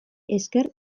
esker